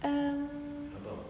um